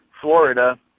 Florida